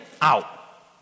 out